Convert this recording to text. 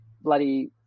bloody